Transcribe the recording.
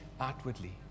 outwardly